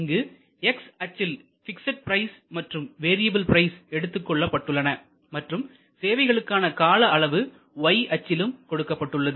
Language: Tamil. இங்கு X அச்சில் பிக்ஸட் பிரைஸ் மற்றும் வேரியபில் பிரைஸ் எடுத்துக் கொள்ளப்பட்டுள்ளன மற்றும் சேவைகளுக்கான காலஅளவு Y அச்சில் கொடுக்கப்பட்டுள்ளது